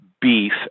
beef